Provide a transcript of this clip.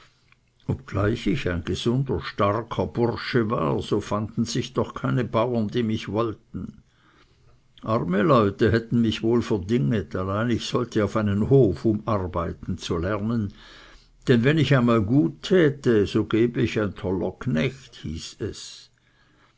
obgleich ich ein gesunder starker bursche war so fanden sich doch keine bauern die mich wollten arme leute hätten mich wohl verdinget allein ich sollte auf einen hof um arbeiten zu lernen denn wenn ich einmal gut täte so gebe ich ein toller knecht hieß es